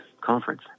conference